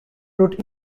wrote